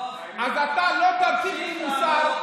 אז אתה לא תטיף לי מוסר.